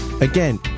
Again